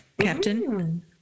Captain